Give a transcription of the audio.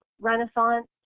Renaissance